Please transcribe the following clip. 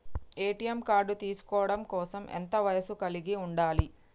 ATM card తీసుకోవడం కోసం ఎంత వయస్సు కలిగి ఉండాలి?